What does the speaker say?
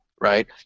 right